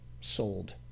sold